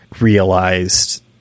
realized